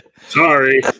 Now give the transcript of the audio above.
Sorry